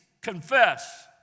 confess